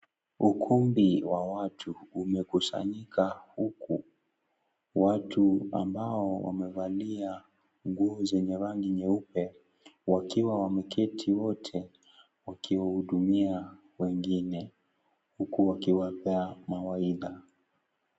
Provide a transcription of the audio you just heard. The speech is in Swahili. Ukumbi wa watu umekusanyika huku watu ambao wamevalia nguo zenye rangi nyeupe wakiwa wameketi wote wakihudumia wengine huku wakiwapea mawaidha.